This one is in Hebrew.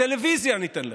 בטלוויזיה ניתן לך.